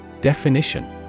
Definition